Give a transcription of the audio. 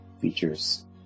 features